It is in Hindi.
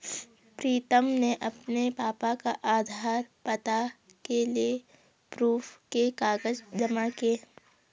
प्रीतम ने अपने पापा का आधार, पता के लिए प्रूफ के कागज जमा किए